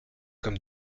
comme